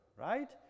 right